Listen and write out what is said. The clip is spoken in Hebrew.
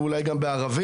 ואולי גם בערבית,